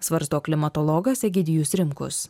svarsto klimatologas egidijus rimkus